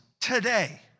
today